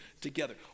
together